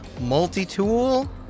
multi-tool